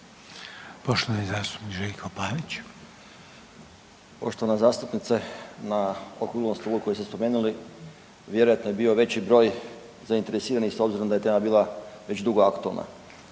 (Nezavisni)** Poštovana zastupnice. Na okruglom stolu koji ste spomenuli, vjerojatno je bio veći broj zainteresiranih, s obzirom da je tema bila već dugo aktualna.